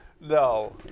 no